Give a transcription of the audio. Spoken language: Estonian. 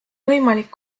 võimalik